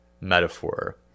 metaphor